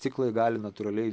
ciklai gali natūraliai